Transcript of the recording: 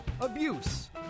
abuse